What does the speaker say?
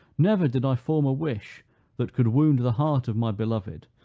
never did i form a wish that could wound the heart of my beloved,